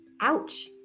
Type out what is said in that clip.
Ouch